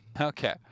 Okay